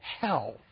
hell